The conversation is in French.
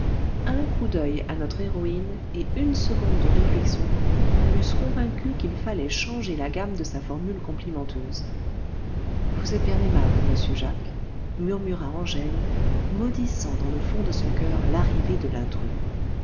un coup d'oeil à notre héroïne et une seconde de réflexion l'eussent convaincu qu'il fallait changer la gamme de sa formule complimenteuse vous êtes bien aimable monsieur jacques murmura angèle maudissant dans le fond de son coeur l'arrivée de l'intrus